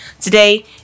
Today